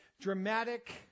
dramatic